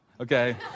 okay